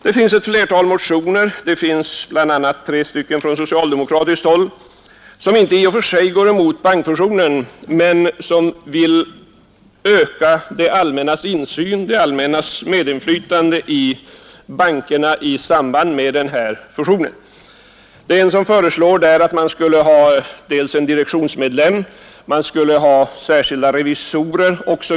Det finns flera motioner, bl.a. tre socialdemokratiska, som i och för sig inte går emot bankfusionen men som vill öka det allmännas insyn och medinflytande i bankerna i samband med den här fusionen. I en motion föreslås att man skall ha dels en direktionsledamot, dels särskilda revisorer m.m.